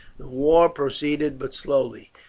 war proceeded but slowly.